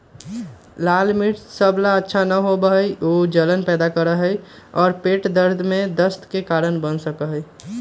लाल मिर्च सब ला अच्छा न होबा हई ऊ जलन पैदा करा हई और पेट दर्द और दस्त के कारण बन सका हई